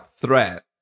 threat